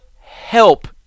help